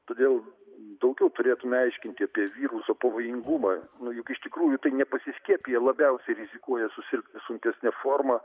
todėl daugiau turėtume aiškinti apie viruso pavojingumą nu juk iš tikrųjų tai nepasiskiepiję labiausiai rizikuoja susirgti sunkesne forma